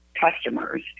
customers